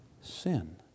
sin